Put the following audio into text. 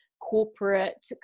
corporate